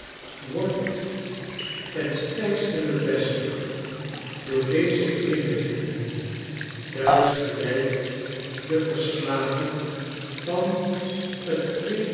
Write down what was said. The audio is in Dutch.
wordt ten sterkste bevestigd door deze inrichtingen thuis gelijk de verslagen van t